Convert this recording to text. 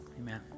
Amen